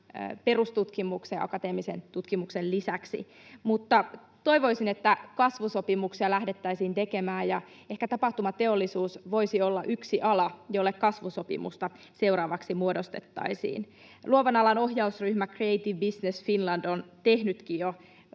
perustutkimuksen ja akateemisen tutkimuksen lisäksi. Mutta toivoisin, että kasvusopimuksia lähdettäisiin tekemään, ja ehkä tapahtumateollisuus voisi olla yksi ala, jolle kasvusopimusta seuraavaksi muodostettaisiin. Luovan alan ohjausryhmä Creative Business Finland on tehnytkin jo